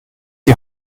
die